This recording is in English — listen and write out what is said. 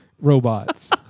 robots